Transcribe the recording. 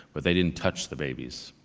but they didn't touch the babies,